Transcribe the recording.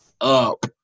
up